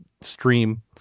stream